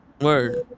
Word